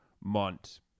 Mont